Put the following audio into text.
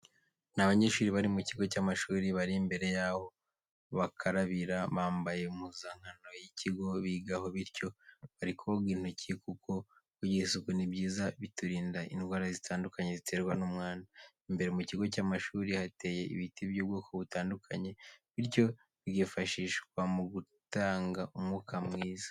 Ni abanyeshuri bari mu kigo cy'amashuri, bari imbere yaho bakarabira, bambaye Impuzankano y'ikigo bigaho. Bityo bari koga intoki kuko kugira isuku ni byiza biturinda indwara zitandukanye ziterwa n'umwanda, imbere mu kigo cy'amashuri hateye ibiti by'ubwoko butandukanye bityo bikifashishwa mugutanga umwuka mwiza.